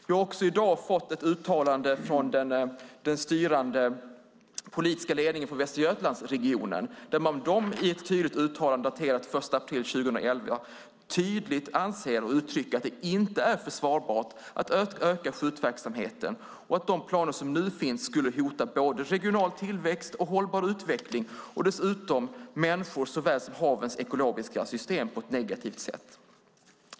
Vi har också i dag fått ett uttalande från den styrande politiska ledningen för Västra Götalandsregionen där de i ett uttalande daterat den 1 april 2011 tydligt anser och uttrycker att det inte är försvarbart att utöka skjutverksamheten och att de planer som nu finns skulle hota både regional tillväxt och hållbar utveckling och dessutom människors såväl som havens ekologiska system på ett negativt sätt.